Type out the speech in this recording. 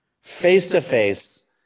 face-to-face